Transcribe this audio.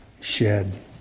shed